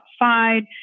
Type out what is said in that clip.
outside